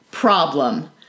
problem